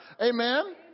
amen